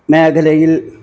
മേഖലയില്